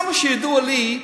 עד כמה שידוע לי,